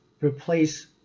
replace